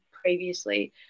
previously